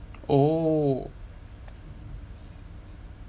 oh